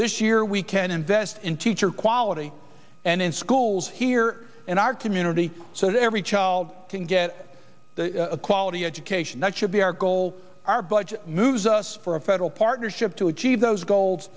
this year we can invest in teacher quality and in schools here in our community so that every child can get a quality education that should be our goal our budget moves us for a federal partnership to achieve those goals